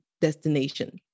destination